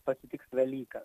pasitiks velykas